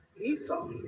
Esau